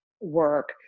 work